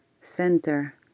center